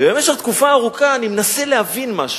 ובמשך תקופה ארוכה אני מנסה להבין משהו.